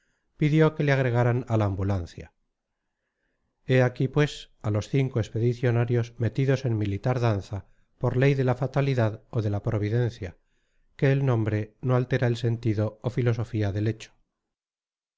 pidió que le agregaran a la ambulancia he aquí pues a los cinco expedicionarios metidos en militar danza por ley de la fatalidad o de la providencia que el nombre no altera el sentido o filosofía del hecho